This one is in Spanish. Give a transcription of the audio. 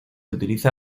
utiliza